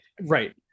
Right